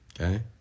Okay